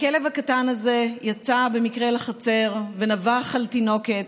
הכלב הקטן הזה יצא במקרה לחצר ונבח על תינוקת,